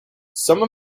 some